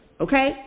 Okay